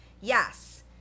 yes